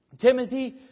Timothy